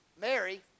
Mary